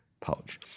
pouch